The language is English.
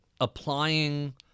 applying